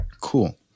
Cool